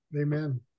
Amen